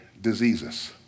diseases